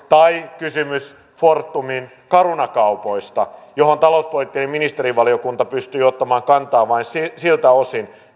tai kysymyksessä fortumin caruna kaupoista joihin talouspoliittinen ministerivaliokunta pystyi ottamaan kantaa vain siltä osin